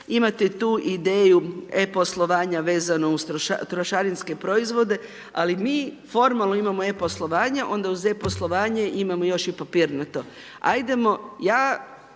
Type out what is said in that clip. Imate tu ideju e-poslovanja vezano uz trošarinske poslovanje, ali mi formalno imamo e-poslovanje, onda uz e-poslovanje, imamo još i papirnato.